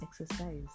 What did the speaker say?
Exercise